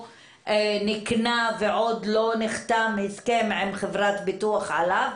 נקנה ועוד לא נחתם הסכם עם חברת ביטוח עליו,